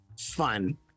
fun